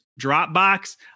Dropbox